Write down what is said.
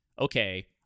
okay